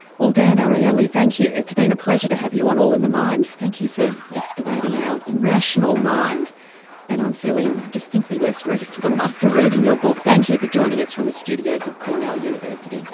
well dan ariely thank you. it's been a pleasure to have you on all in the mind, thank you for excavating our irrational mind and i'm feeling distinctly less reasonable after reading your book. thank you for joining us from the studios of cornell university.